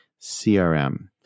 crm